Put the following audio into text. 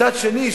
מצד שני,